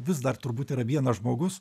vis dar turbūt yra vienas žmogus